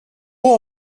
bon